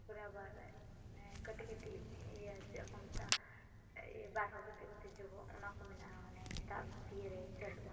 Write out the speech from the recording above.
ᱛᱟᱨᱯᱚᱨ ᱟᱵᱟᱨ ᱠᱟᱹᱴᱤᱡ ᱠᱟᱹᱴᱤᱡ ᱤᱭᱟᱹ ᱪᱮᱫ ᱠᱚ ᱢᱮᱛᱟᱜᱼᱟ ᱵᱟᱨ ᱦᱚᱲ ᱠᱟᱛᱮ ᱠᱚ ᱫᱮᱡᱚᱜᱚᱜ ᱚᱱᱟᱠᱚ ᱢᱮᱱᱟᱜᱼᱟ ᱢᱟᱱᱮ ᱫᱟᱜ ᱵᱷᱤᱛᱤᱨ ᱨᱮ ᱪᱟᱹᱞᱩᱜᱼᱟ